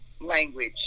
language